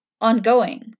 ongoing